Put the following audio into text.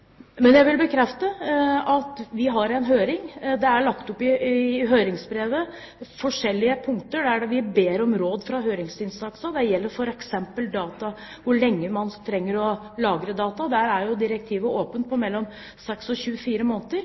Jeg vil bekrefte at vi har en høring. I høringsbrevet er det lagt opp forskjellige punkter der vi ber om råd fra høringsinstansene. Det gjelder f.eks. hvor lenge man trenger å lagre data. Der er jo direktivet åpent for et tidsrom på mellom 6 og 24 måneder.